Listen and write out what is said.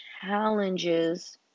challenges